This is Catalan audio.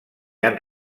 han